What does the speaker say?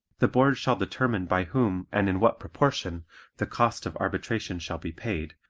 the board shall determine by whom and in what proportion the cost of arbitration shall be paid,